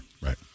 Right